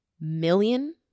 million